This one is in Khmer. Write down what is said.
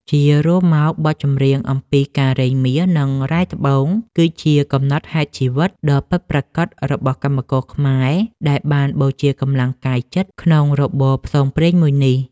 ជារួមមក បទចម្រៀងអំពីការរែងមាស និងរ៉ែត្បូង គឺជាកំណត់ហេតុជីវិត ដ៏ពិតប្រាកដរបស់កម្មករខ្មែរដែលបានបូជាកម្លាំងកាយចិត្តក្នុងរបរផ្សងព្រេងមួយនេះ។